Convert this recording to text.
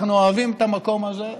אנחנו אוהבים את המקום הזה.